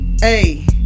Hey